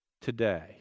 today